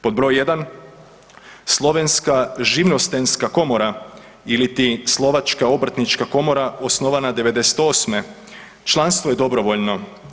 Pod broj 1. Slovenska živnostenska komora ili Slovačka obrtnička komora osnovana '98., članstvo je dobrovoljno.